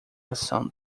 ação